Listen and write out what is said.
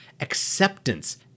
acceptance